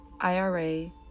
IRA